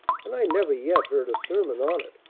and i never yet heard a sermon on it.